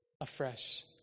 afresh